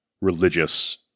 religious